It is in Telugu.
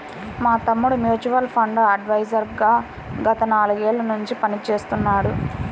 మా తమ్ముడు మ్యూచువల్ ఫండ్ అడ్వైజర్ గా గత నాలుగేళ్ళ నుంచి పనిచేస్తున్నాడు